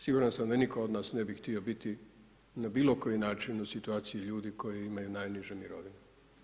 Siguran sam da nitko od nas ne bi htio biti na bilo koji način u situaciji ljudi koji imaju najniže mirovine.